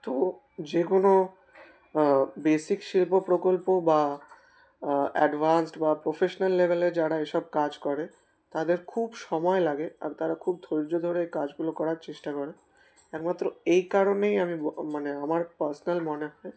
তো যে কোনো বেসিক শিল্প প্রকল্প বা অ্যাডভান্সড বা প্রফেশনাল লেভেলে যারা এসব কাজ করে তাদের খুব সময় লাগে আর তারা খুব ধৈর্য ধরে এই কাজগুলো করার চেষ্টা করে একমাত্র এই কারণেই আমি মানে আমার পার্সোনাল মনে হয়